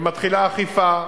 ומתחילה אכיפה,